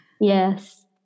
Yes